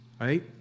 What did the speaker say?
Right